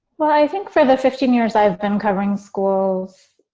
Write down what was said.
well, i think for the fifteen years i've been covering schools,